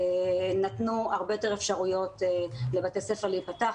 נתנו הרבה יותר אפשרויות לבתי ספר להיפתח,